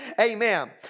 Amen